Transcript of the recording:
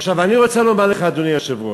עכשיו, אני רוצה לומר לך, אדוני היושב-ראש,